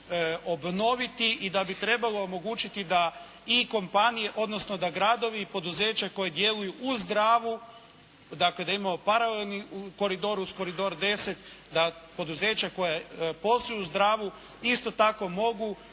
i da bi trebalo omogućiti da i kompanije odnosno da gradovi i poduzeća koji djeluju uz Dravu, dakle da imamo paralelni koridor uz koridor 10, da poduzeća koja posluju uz Dravu isto tako mogu